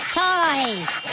toys